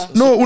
no